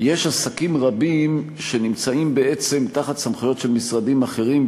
יש עסקים רבים שנמצאים בעצם תחת סמכויות של משרדים אחרים,